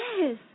Yes